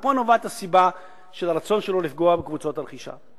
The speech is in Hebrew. מפה נובע הרצון שלו לפגוע בקבוצות הרכישה.